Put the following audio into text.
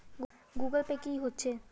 Google Pay की होचे?